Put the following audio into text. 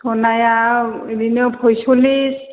स'नायाव ओरैनो पयस'लिस